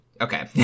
Okay